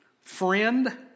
friend